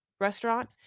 restaurant